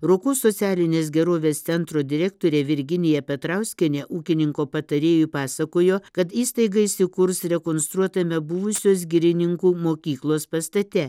rokų socialinės gerovės centro direktorė virginija petrauskienė ūkininko patarėjui pasakojo kad įstaiga įsikurs rekonstruotame buvusios girininkų mokyklos pastate